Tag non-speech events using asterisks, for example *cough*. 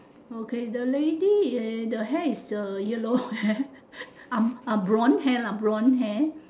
okay the lady the hair is yellow hair *laughs* um uh blonde hair lah blonde hair